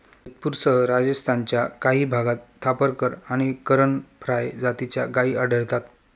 जोधपूरसह राजस्थानच्या काही भागात थापरकर आणि करण फ्राय जातीच्या गायी आढळतात